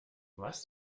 was